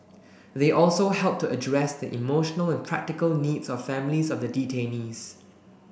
they also helped to address the emotional and practical needs of families of the detainees